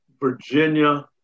Virginia